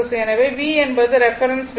எனவே V என்பது reference விஷயம்